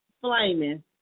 flaming